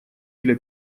для